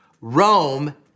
Rome